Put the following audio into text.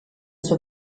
sua